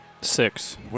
Six